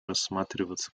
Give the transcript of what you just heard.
рассматриваться